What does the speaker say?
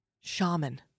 Shaman